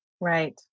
Right